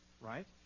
right